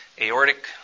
aortic